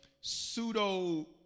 pseudo